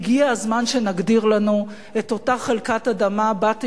הגיע הזמן שנגדיר לנו את אותה חלקת אדמה שבה